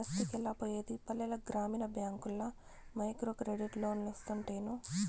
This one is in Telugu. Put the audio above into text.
బస్తికెలా పోయేది పల్లెల గ్రామీణ బ్యాంకుల్ల మైక్రోక్రెడిట్ లోన్లోస్తుంటేను